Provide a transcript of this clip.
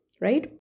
right